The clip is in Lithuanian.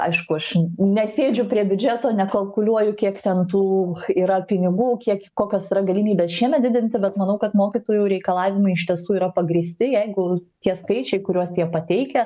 aišku aš nesėdžiu prie biudžeto nekalkuliuoju kiek ten tų yra pinigų kiek kokios yra galimybės šiemet didinti bet manau kad mokytojų reikalavimai iš tiesų yra pagrįsti jeigu tie skaičiai kuriuos jie pateikia